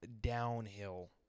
downhill